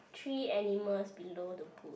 three animals below the bush